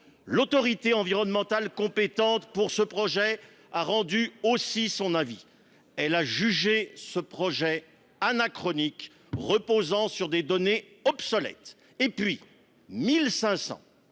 L’autorité environnementale compétente pour ce projet a aussi rendu son avis : elle a jugé ce projet anachronique, car reposant sur des données obsolètes. Par ailleurs,